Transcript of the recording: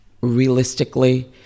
realistically